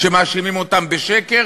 כשמאשימים אותם בשקר?